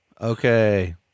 Okay